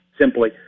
simply